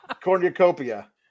Cornucopia